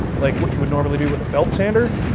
like what you would normally do with a belt sander,